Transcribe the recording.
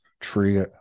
tree